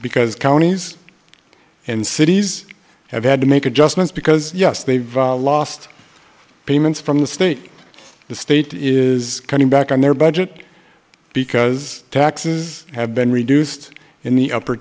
because counties and cities have had to make adjustments because yes they've lost payments from the state the state is cutting back on their budget because taxes have been reduced in the upper